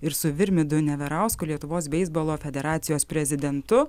ir su virmidu neverausku lietuvos beisbolo federacijos prezidentu